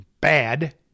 bad